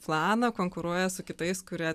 planą konkuruoja su kitais kurie